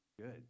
Good